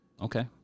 Okay